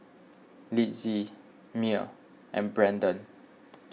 Litzy Myer and Brendon